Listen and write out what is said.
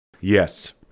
Yes